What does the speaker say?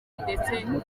ndetse